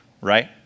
right